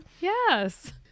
Yes